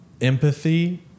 empathy